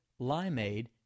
limeade